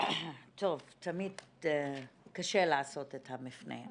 תמיד קשה לעשות את המפנה.